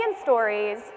stories